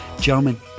Gentlemen